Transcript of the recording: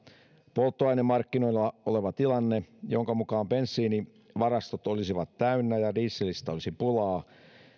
polttoainemarkkinoilla oleva tilanne jonka mukaan bensiinivarastot olisivat täynnä ja dieselistä olisi pulaa